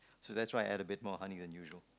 so that's why I add a bit more honey than usual